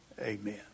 Amen